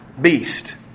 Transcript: beast